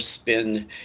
spin